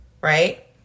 Right